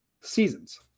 seasons